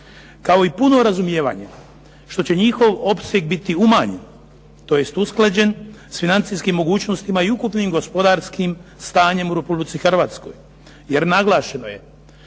kao i puno razumijevanje što će njihov opseg biti umanjen tj. usklađen s financijskim mogućnostima i ukupnim gospodarskim stanjem u Republici Hrvatskoj. Jer naglašeno je,